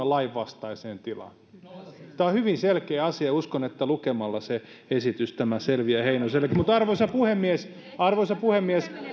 lainvastaiseen tilaan tämä on hyvin selkeä asia ja uskon että lukemalla sen esityksen tämä selviää heinosellekin arvoisa puhemies arvoisa puhemies